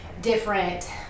different